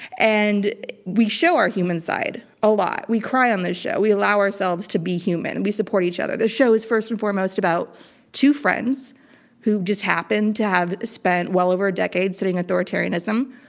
and we show our human side a lot. we cry on this show. we allow ourselves to be human and we support each other. this show is first and foremost about two friends who just happened to have spent well over a decade studying authoritarianism,